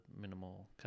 minimal